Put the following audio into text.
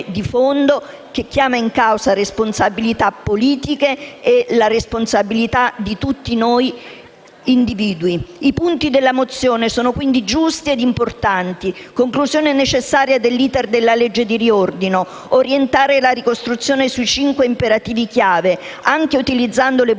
di fondo che chiama in causa responsabilità politiche e anche quella di tutti noi individui. I punti della mozione sono quindi giusti ed importanti: conclusione necessaria dell'*iter* della legge di riordino; orientamento della ricostruzione sui cinque imperativi chiave anche utilizzando le